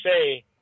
say